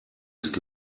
ist